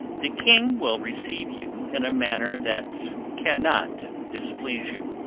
the king will receive you in a manner that cannot displease you